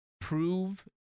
prove